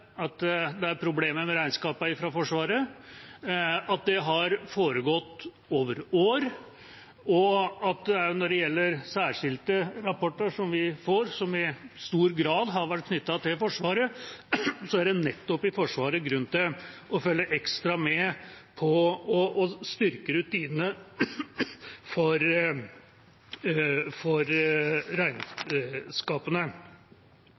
at det er en gjenganger at det er problemer med regnskapene fra Forsvaret, og at det har foregått over år. Når det gjelder særskilte rapporter vi får, som i stor grad har vært knyttet til Forsvaret, er det nettopp i Forsvaret grunn til å følge ekstra med på og styrke rutinene for regnskapene.